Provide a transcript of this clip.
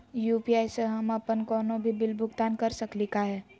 UPI स हम अप्पन कोनो भी बिल भुगतान कर सकली का हे?